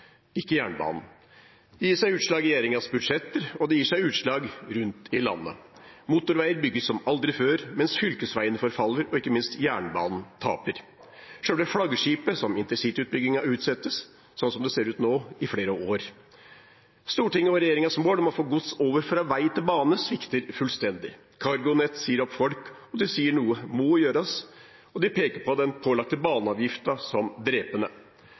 ikke jernbanen. Det gir seg utslag i regjeringens budsjetter, og det gir seg utslag rundt i landet. Motorveier bygges som aldri før, mens fylkesveiene forfaller, og ikke minst jernbanen taper. Selve flaggskipet, intercityutbyggingen, utsettes i flere år, slik det ser ut nå. Stortinget og regjeringens mål om å få gods over fra vei til bane svikter fullstendig. CargoNet sier opp folk. De sier at noe må gjøres, og de peker på den pålagte baneavgiften som drepende.